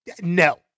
No